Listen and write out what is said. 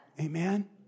Amen